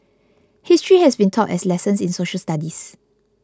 history has been taught as lessons in social studies